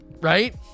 Right